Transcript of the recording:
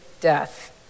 death